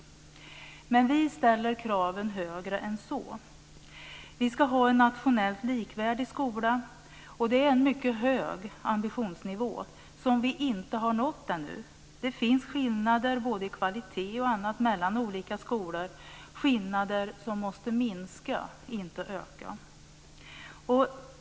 Men kraven bör ställas högre än så. Vi ska ha en nationellt likvärdig skola, och det är en mycket hög ambitionsnivå, som vi ännu inte har nått. Det finns skillnader i kvalitet och annat mellan olika skolor - skillnader som måste minska, inte öka.